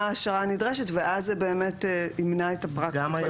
ההעשרה הנדרשת ואז זה באמת ימנע את הפרקטיקות